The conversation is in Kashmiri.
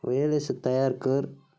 وۄنۍ ییٚلہِ اَسہِ سُہ تیار کٔر